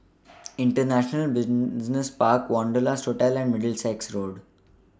International Business Park Wanderlust Hotel and Middlesex Road